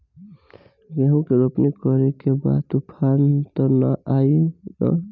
गेहूं के रोपनी करे के बा तूफान त ना आई न?